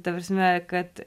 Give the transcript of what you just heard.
ta prasme kad